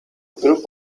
group